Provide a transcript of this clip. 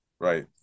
Right